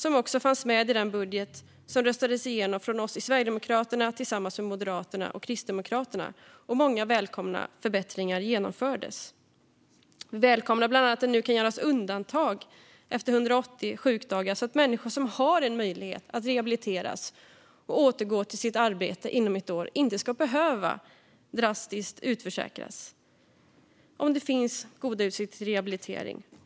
De fanns också med i den budget som röstades igenom från oss i Sverigedemokraterna tillsammans med Moderaterna och Kristdemokraterna, och många välkomna förbättringar genomfördes. Vi välkomnar att det nu bland annat lättare kan göras undantag efter 180 sjukdagar så att människor som har en möjlighet att rehabiliteras och återgå till sitt arbete inom ett år inte ska behöva utförsäkras drastiskt - om det som sagt finns goda utsikter till rehabilitering.